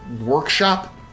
workshop